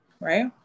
right